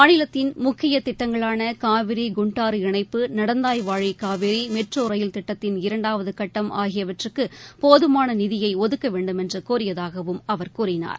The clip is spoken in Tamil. மாநிலத்தின் முக்கிய திட்டங்களான காவிரி குண்டாறு இணைப்பு நடந்தாய் வாழி காவேரி மெட்ரோ ரயில் திட்டத்தின் இரண்டாவது கட்டம் ஆகியவற்று போதுமான நிதியை ஒதுக்க வேண்டுமென்று கோியதாகவும் அவர் கூறினார்